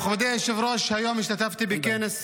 מכובדי היושב-ראש, היום השתתפתי בכנס